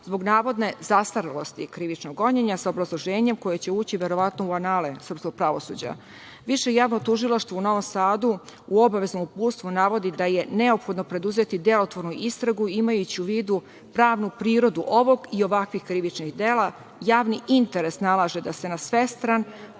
zbog navodne zastarelosti krivičnog gonjenja sa obrazloženjem koje će ući verovatno u anale srpskog pravosuđa. Više javno tužilaštvo u Novom Sadu u obaveznom uputstvu navodi da je neophodno preduzeti delotvornu istragu, imajući u vidu pravnu prirodu ovog i ovakvih krivičnih dela, javni interes nalaže da se na svestran,